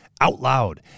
OUTLOUD